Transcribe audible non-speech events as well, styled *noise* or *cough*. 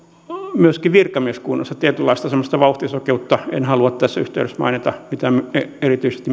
myöskin virkamieskunnassa tietynlaista semmoista vauhtisokeutta en halua tässä yhteydessä mainita mitään ministeriöitä erityisesti *unintelligible*